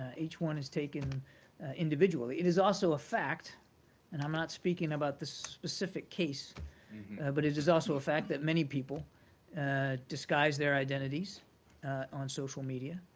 ah each one is taken individually. it is also a fact and i'm not speaking about this specific case but it is also a fact that many people disguise their identities on social media.